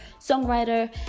songwriter